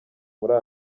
muri